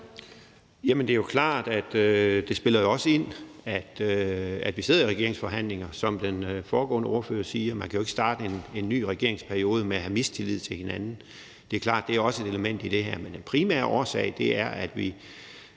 det er jo klart, at det også spiller ind, at vi sidder i regeringsforhandlinger. Som den foregående ordfører sagde, kan man jo ikke starte en ny regeringsperiode med at have mistillid til hinanden. Det er klart, at det også er et element i det her. Men den primære årsag er, at vi